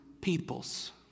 peoples